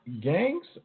gangs